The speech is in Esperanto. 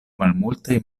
malmultaj